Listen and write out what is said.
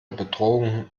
bedrohung